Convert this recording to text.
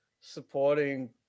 supporting